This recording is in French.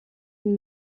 une